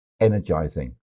energizing